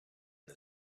the